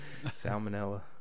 salmonella